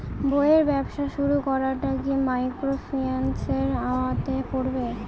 বইয়ের ব্যবসা শুরু করাটা কি মাইক্রোফিন্যান্সের আওতায় পড়বে?